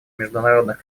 международных